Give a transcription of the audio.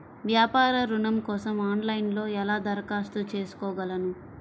వ్యాపార ఋణం కోసం ఆన్లైన్లో ఎలా దరఖాస్తు చేసుకోగలను?